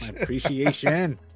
appreciation